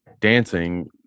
dancing